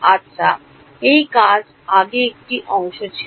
আচ্ছা এই কাজ আগে একটি অংশ ছিল